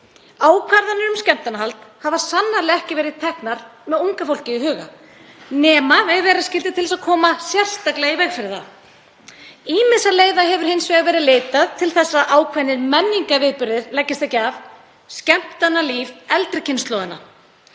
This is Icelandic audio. Ákvarðanir um skemmtanahald hafa sannarlega ekki verið teknar með unga fólkið í huga nema ef vera skyldi til þess að koma sérstaklega í veg fyrir það. Ýmissa leiða hefur hins vegar verið leitað til þess að ákveðnir menningarviðburðir leggist ekki af: Skemmtanalíf eldri kynslóðanna.